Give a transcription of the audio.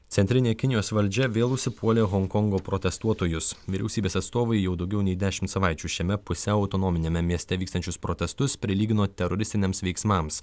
centrinė kinijos valdžia vėl užsipuolė honkongo protestuotojus vyriausybės atstovai jau daugiau nei dešimt savaičių šiame pusiau autonominiame mieste vykstančius protestus prilygino teroristiniams veiksmams